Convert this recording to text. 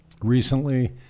recently